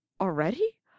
Already